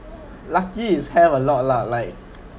lucky it's have a lot lah like